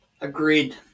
Agreed